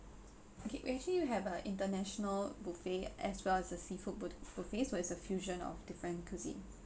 okay we actually we have a international buffet as well as a seafood buf~ buffet so it's a fusion of different cuisine